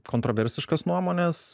kontraversiškas nuomones